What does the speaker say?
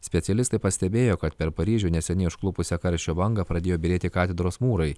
specialistai pastebėjo kad per paryžių neseniai užklupusią karščio bangą pradėjo byrėti katedros mūrai